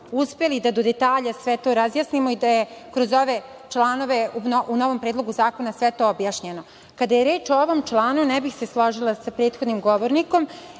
uspeli da do detalja sve to razjasnimo i da je kroz ove članove u novom Predlogu zakona sve to objašnjenje. Kada je reč o ovom članu, ne bih se složila sa prethodnim govornikom,